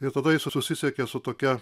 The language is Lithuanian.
ir tada jis susisiekė su tokia